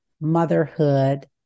motherhood